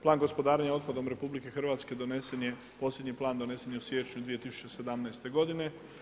Plan gospodarenja otpadom RH donesen je, posljednji plan donesen je u siječnju 2017. godine.